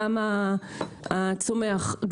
גם הצומח,